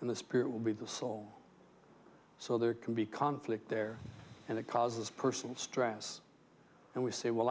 and the spirit will be the soul so there can be conflict there and it causes personal stress and we say well